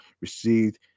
received